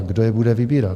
Kdo je bude vybírat?